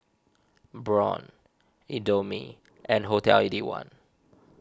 Braun Indomie and Hotel Eighty One